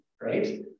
Right